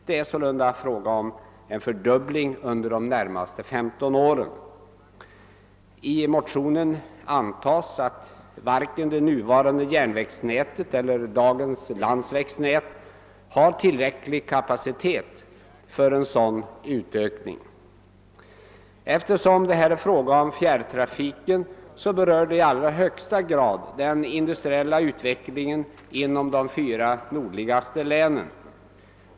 Det är sålunda fråga om en fördubbling under de närmaste 15 åren. I motionen antas att varken det nuvarande järnvägsnätet eller dagens landsvägsnät har tillräcklig kapacitet för en sådan utökning. Eftersom det är fråga om fjärrtrafiken berör saken i allra högsta grad den industriella utvecklingen inom de fyra nordligaste länen.